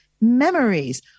memories